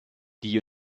die